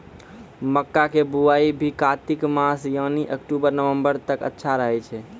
मक्का के बुआई भी कातिक मास यानी अक्टूबर नवंबर तक अच्छा रहय छै